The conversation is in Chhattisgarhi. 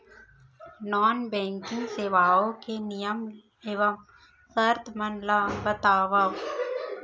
नॉन बैंकिंग सेवाओं के नियम एवं शर्त मन ला बतावव